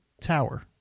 tower